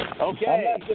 Okay